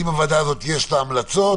האם יש לה המלצות?